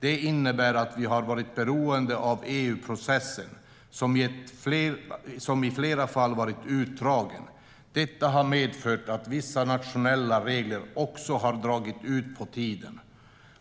Det innebär att vi har varit beroende av EU-processen, som i flera fall varit utdragen. Detta har medfört att vissa nationella regler också har dragit ut på tiden.